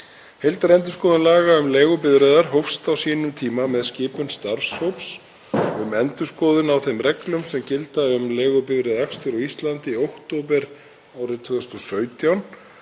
Heildarendurskoðun laga um leigubifreiðar hófst á sínum tíma með skipun starfshóps um endurskoðun á þeim reglum sem gilda um leigubifreiðaakstur á Íslandi í október árið 2017.